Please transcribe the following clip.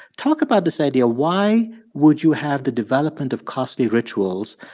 talk about this idea. why would you have the development of costly rituals,